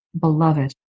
beloved